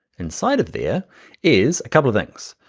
inside of there is a couple of things,